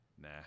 Nah